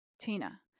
Tina